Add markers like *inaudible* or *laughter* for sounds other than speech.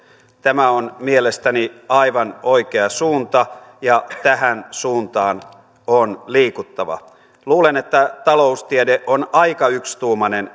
tämä on mielestäni aivan oikea suunta ja tähän suuntaan on liikuttava luulen että taloustiede on aika yksituumainen *unintelligible*